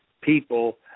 people